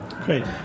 Great